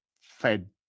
fed